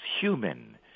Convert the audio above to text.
human